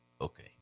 Okay